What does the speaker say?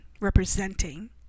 representing